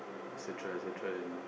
et-cetera et-cetera then